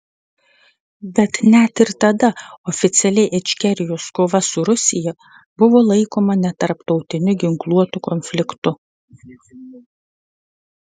bet net ir tada oficialiai ičkerijos kova su rusija buvo laikoma netarptautiniu ginkluotu konfliktu